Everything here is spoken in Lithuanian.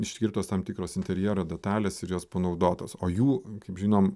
išskirtos tam tikros interjero detalės ir jos panaudotos o jų kaip žinom